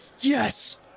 yes